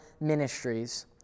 ministries